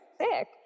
sick